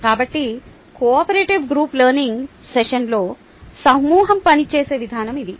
కాబట్టి cooperative group learning సెషన్లో సమూహం పనిచేసే విధానం ఇది